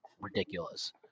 ridiculous